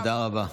תודה רבה.